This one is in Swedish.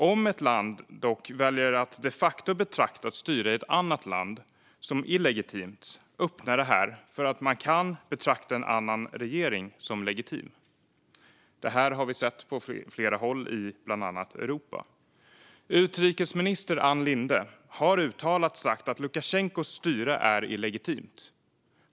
Om ett land väljer att de facto betrakta ett styre i ett annat land som illegitimt öppnar det dock för att kunna betrakta en annan regering som legitim. Detta har vi sett på flera håll, bland annat i Europa. Utrikesminister Ann Linde har uttalat att Lukasjenkos styre är illegitimt.